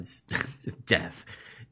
death